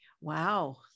Wow